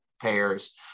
payers